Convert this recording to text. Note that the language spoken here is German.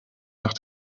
nach